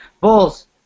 Bulls